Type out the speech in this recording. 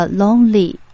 Lonely